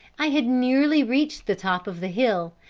i had nearly reached the top of the hill,